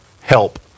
Help